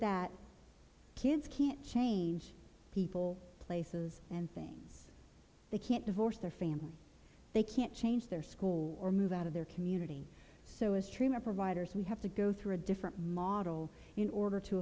that kids can't change people places and things they can't divorce their family they can't change their school or move out of their community so as treatment providers we have to go through a different model in order to